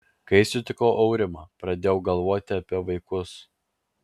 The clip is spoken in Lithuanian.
kai sutikau aurimą pradėjau galvoti apie vaikus